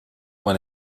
man